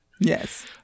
Yes